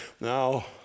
Now